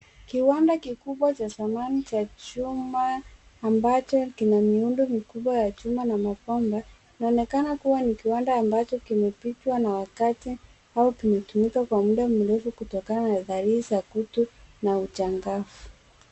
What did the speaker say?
Kiwanda kikubwa cha zamani cha chuma ambacho kina miundo mikubwa ya chuma na mabomba. Inaonekana kuwa ni kiwanda ambacho kimepitwa na wakati au kimetumika kwa muda mrefu kutokana na dalili za kutu na uchangafu.